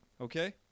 Okay